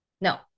No